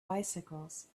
bicycles